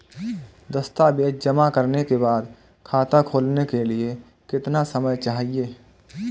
दस्तावेज़ जमा करने के बाद खाता खोलने के लिए कितना समय चाहिए?